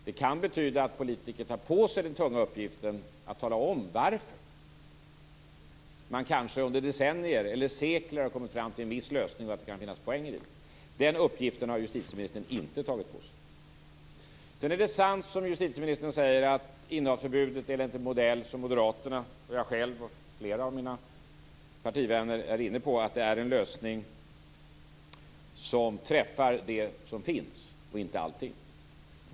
Det kan betyda att politiker tar på sig den tunga uppgiften att tala om varför man kanske under decennier eller sekler har kommit fram till en viss lösning och att det kan finnas poänger i denna. Den uppgiften har jusitieministern inte tagit på sig. Det är vidare sant, som justitieministern säger, att innehavsförbudet enligt den modell som moderaterna, jag själv och flera av mina partivänner är inne på är en lösning som träffar det som finns, inte allting.